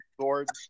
swords